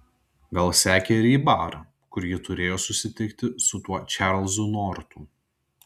gal sekė ir į barą kur ji turėjo susitikti su tuo čarlzu nortu